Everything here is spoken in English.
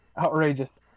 Outrageous